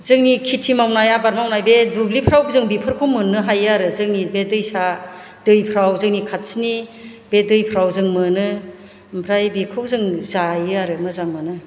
जोंनि खेटि मावनाय आबाद मावनाय बे दुब्लिफोराव जों बेफोरखौ मोननो हायो आरो जोंनि बे दैसा दैफोराव जोंनि खाथिनि बे दैफोराव जों मोनो ओमफ्राय बेखौ जों जायो आरो मोजां मोनो